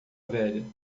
velha